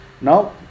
now